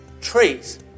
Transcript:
trees